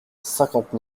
cinquante